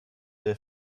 der